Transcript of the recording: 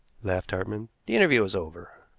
laughed hartmann. the interview is over.